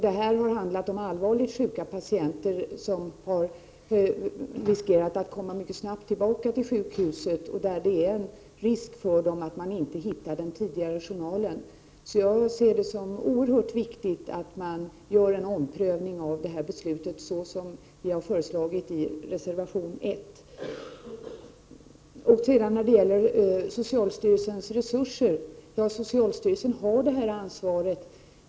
Det handlar i dessa fall om allvarligt sjuka patienter som kanske mycket snabbt måste komma tillbaka till sjukhuset. Dessa patienter utsätts alltså för risker när man inte hittar tidigare journaler. Jag anser således att det är oerhört viktigt att en omprövning av beslutet görs, på det sätt som vi har föreslagit i reservation 1. Så till frågan om socialstyrelsens resurser. Socialstyrelsen har ansvaret i detta sammanhang.